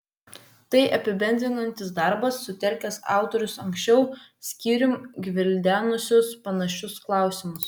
tai apibendrinantis darbas sutelkęs autorius anksčiau skyrium gvildenusius panašius klausimus